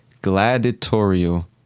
gladiatorial